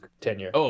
tenure